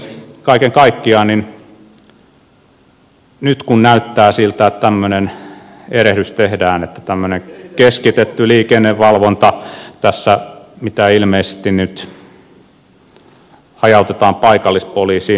kaiken kaikkiaan nyt näyttää siltä että tämmöinen erehdys tehdään tämmöinen keskitetty liikennevalvonta tässä mitä ilmeisesti nyt hajautetaan paikallispoliisiin